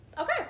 Okay